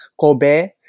Kobe